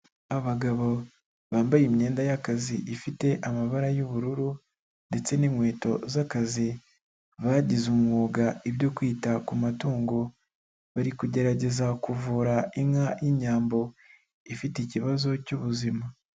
Abagabo bambaye imyenda y'akazi ifite amabara y'ubururu, ndetse n'inkweto z'akazi, bagize umwuga ibyo kwita ku matung, bari kugerageza kuvura inka y'inyambo, ifite ikibazo cy'ubuzima.